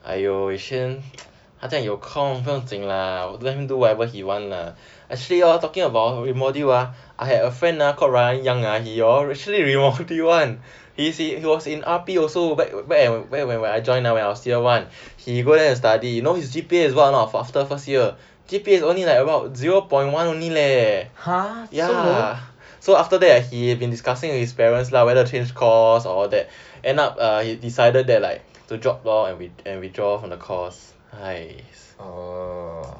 !huh! so low